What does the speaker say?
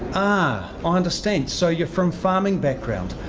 ah um understand so you're from farming background,